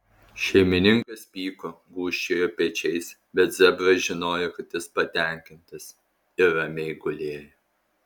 šeimininkas pyko gūžčiojo pečiais bet zebras žinojo kad jis patenkintas ir ramiai gulėjo